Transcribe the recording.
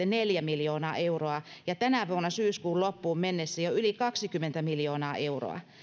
neljä miljoonaa euroa ja tänä vuonna syyskuun loppuun mennessä jo yli kaksikymmentä miljoonaa euroa